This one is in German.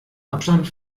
abstand